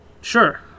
Sure